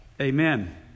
amen